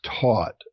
taught